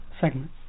segment